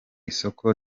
isoko